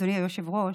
אדוני היושב-ראש,